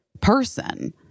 person